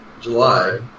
July